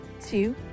two